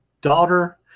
daughter